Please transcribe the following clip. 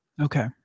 Okay